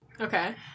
Okay